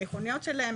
מוכניות שלהם,